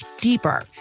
deeper